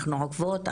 אנחנו עוקבות,